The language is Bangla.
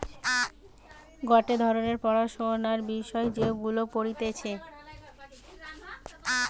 গটে ধরণের পড়াশোনার বিষয় যেগুলা পড়তিছে